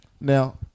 Now